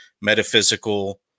metaphysical